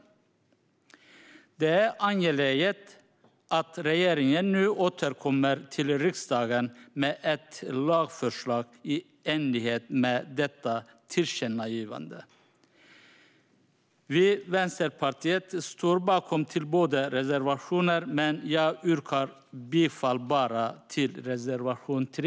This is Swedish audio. Det är angeläget att regeringen nu återkommer till riksdagen med ett lagförslag i enlighet med detta tillkännagivande. Vänsterpartiet står bakom båda reservationerna, men jag yrkar bifall bara till reservation 3.